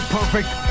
Perfect